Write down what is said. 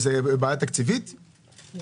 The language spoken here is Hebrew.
זו בעיה תקציבית או